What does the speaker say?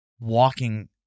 walking